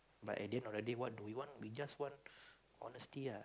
but in the end already what do we want we just want honesty ah